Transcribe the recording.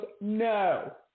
No